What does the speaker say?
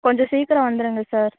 கொஞ்சம் சீக்கிரம் வந்துருங்கள் சார்